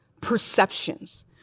perceptions